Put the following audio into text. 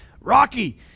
Rocky